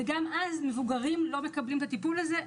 וגם אז מבוגרים לא מקבלים את הטיפול הזה.